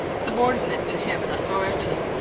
subordinate to him in authority,